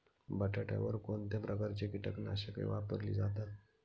बटाट्यावर कोणत्या प्रकारची कीटकनाशके वापरली जातात?